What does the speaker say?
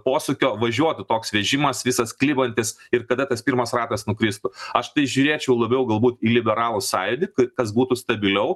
posūkio važiuotų toks vežimas visas klibantis ir kada tas pirmas ratas nukristų aš tai žiūrėčiau labiau galbūt į liberalų sąjūdį kas būtų stabiliau